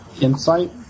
insight